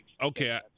Okay